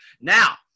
Now